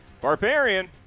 Barbarian